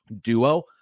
duo